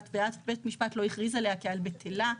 ואף בית משפט לא הכריז עליה כעל בטלה,